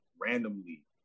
randomly